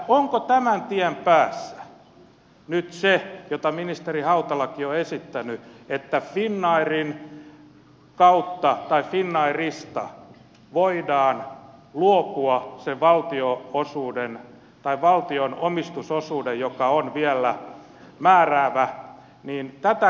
onko tämän tien päässä nyt se mitä ministeri hautalakin on esittänyt että finnairista voidaan luopua sen valtion omistusosuuden joka on vielä määräävä kautta